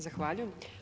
Zahvaljujem.